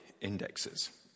indexes